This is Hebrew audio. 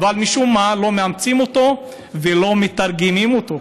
אבל משום מה לא מאמצים אותו ולא מתרגמים אותו,